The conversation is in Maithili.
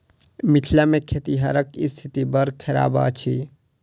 मिथिला मे खेतिहरक स्थिति बड़ खराब अछि